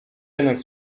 jednak